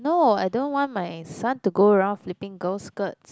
no I don't want my son to go around flipping girls' skirts